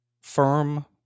firm